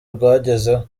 rwagezeho